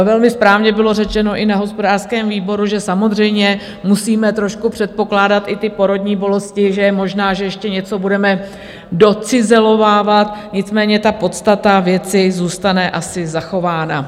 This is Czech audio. Velmi správně bylo řečeno i na hospodářském výboru, že samozřejmě musíme trošku předpokládat i ty porodní bolesti, že je možné, že ještě něco budeme docizelovávat, nicméně podstata věci zůstane asi zachována.